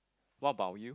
what about you